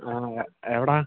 ആണോ എവിടെയാ